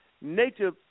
Nature